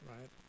Right